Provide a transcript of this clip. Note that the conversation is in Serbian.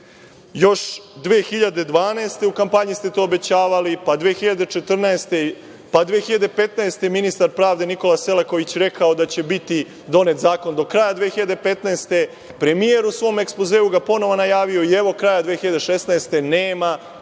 Još 2012. godine u kampanji ste to obećavali, pa 2014, pa 2015. godine je ministar pravde Nikola Selaković rekao da će biti zakon do kraja 2015. godine, premijer u svom ekspozeu ga ponovo najavio i evo kraja 2016.